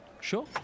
Sure